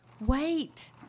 Wait